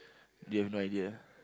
you have no idea